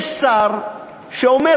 יש שר שאומר,